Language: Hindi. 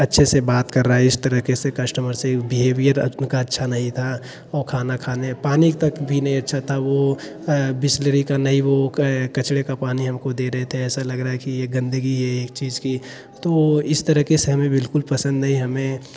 अच्छे से बात कर रहा है इस तरह कैसे कस्टमर से बिहेवियर आदमी का अच्छा नहीं था और खाना खाने पानी तक भी नहीं अच्छा था वह बिसलेरी का नहीं वह कचरे का पानी हमको दे रहे थे ऐसा लग रहा है यह गंदगी है एक चीज़ की तो इस तरह के समय बिल्कुल पसंद नहीं हमें